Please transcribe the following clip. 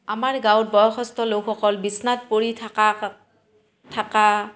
আমাৰ গাঁৱত বয়সস্থলোকসকল বিচনাত পৰি থকা থকা